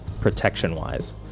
protection-wise